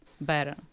better